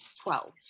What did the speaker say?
Twelve